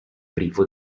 privo